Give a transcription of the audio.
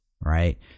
Right